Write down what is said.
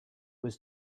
was